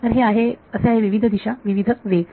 तर हे असे आहे विविध दिशा विविध वेग